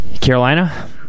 Carolina